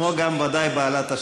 כמו גם ודאי בעלת השאילתה.